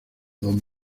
don